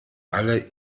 alle